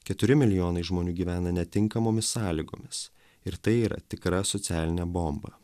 keturi milijonai žmonių gyvena netinkamomis sąlygomis ir tai yra tikra socialinė bomba